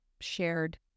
shared